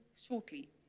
shortly